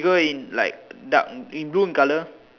glow in like dark green blue colour